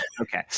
Okay